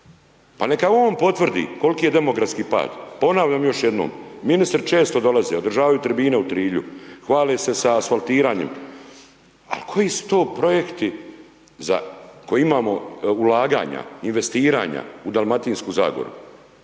pa neka on potvrdi kol'ki je demografski pad, ponavljam još jednom, ministri često dolaze, održavaju tribine u Trilju, hvale se sa asfaltiranjem, al' koji su to projekti za koje imamo ulaganja, investiranja u Dalmatinsku Zagoru?